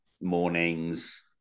mornings